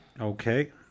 Okay